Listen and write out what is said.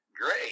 great